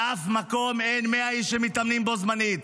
באף מקום אין 100 איש שמתאמנים בו-זמנית.